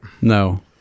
No